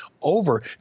over